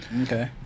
Okay